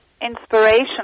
inspiration